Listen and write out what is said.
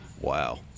Wow